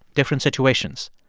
different situations.